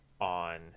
on